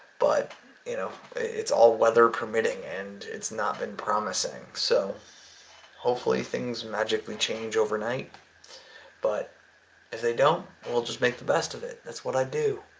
but you know it's all weather permitting and it's not been promising. so hopefully things magically change overnight but if they don't we'll just make the best of it. that's what i do.